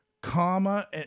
Comma